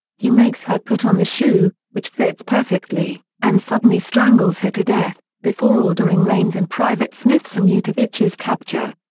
he makes her put on the shoe, which fits perfectly, and suddenly strangles her to death, before ordering raine's and private smithson utivich's capture.